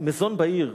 נשאר מזון בעיר,